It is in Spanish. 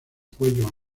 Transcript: cuello